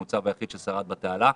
המוצב היחיד ששרד בתעלה.